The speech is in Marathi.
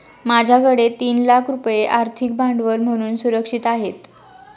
माझ्याकडे तीन लाख रुपये आर्थिक भांडवल म्हणून सुरक्षित आहेत